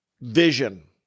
vision